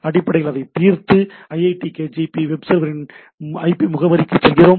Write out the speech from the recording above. அடிப்படையில் அதைத் தீர்த்து iitkgp வெப் சர்வரின் ஐபி முகவரிக்குச் செல்கிறோம்